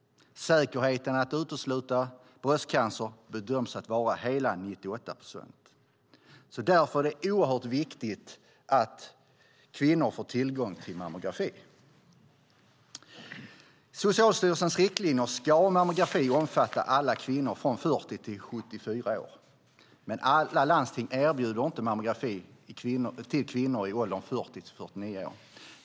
Säkerheten att utesluta bröstcancer bedöms vara hela 98 procent. Därför är det oerhört viktigt att kvinnor får tillgång till mammografi. Enligt Socialstyrelsens riktlinjer ska mammografi omfatta alla kvinnor i åldern 40-74 år. Men alla landsting erbjuder inte mammografi till kvinnor i åldern 40-49 år.